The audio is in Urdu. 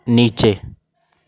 نیچے